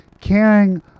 caring